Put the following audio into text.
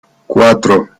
cuatro